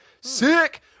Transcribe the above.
sick